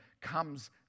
comes